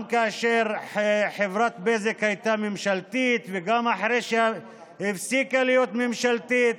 גם כאשר חברת בזק הייתה ממשלתית וגם אחרי שהיא הפסיקה להיות ממשלתית,